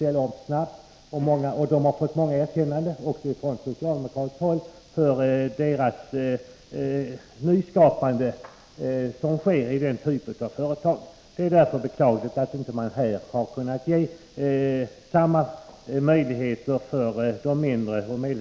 Finansdepartementet har nyligen i en departementspromemoria ”Breddat underlag för produktionsfaktorskatter” föreslagit införandet av en s.k. miniproms. 1.